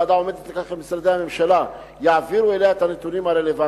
הוועדה עומדת על כך כי משרדי הממשלה יעבירו אליה את הנתונים הרלוונטיים.